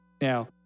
Now